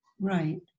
right